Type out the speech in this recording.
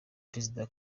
perezida